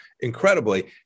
incredibly